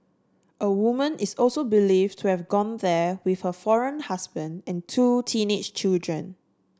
a woman is also believed to have gone there with her foreign husband and two teenage children